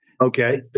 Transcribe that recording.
Okay